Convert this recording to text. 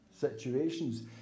situations